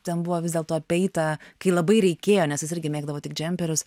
ten buvo vis dėlto apeita kai labai reikėjo nes jis irgi mėgdavo tik džemperius